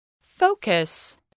Focus